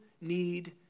need